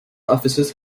offices